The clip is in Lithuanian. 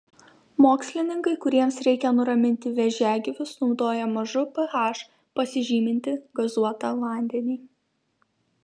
mokslininkai kuriems reikia nuraminti vėžiagyvius naudoja mažu ph pasižymintį gazuotą vandenį